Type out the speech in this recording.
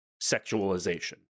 sexualization